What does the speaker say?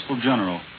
general